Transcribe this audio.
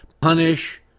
Punish